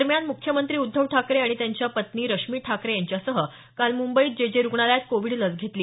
दरम्यान मुख्यमंत्री उद्धव ठाकरे यांनी त्यांच्या सुविद्य पत्नी रश्मी ठाकरे यांच्यासह काल मुंबईत जे जे रुग्णालयात कोविड लस घेतली